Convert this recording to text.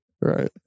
right